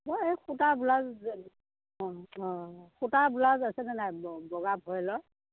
মই এই সূতা ব্লাউজ অ অ সূতা ব্লাউজ আছেনে নাই ব বগা ভয়েলৰ